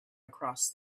across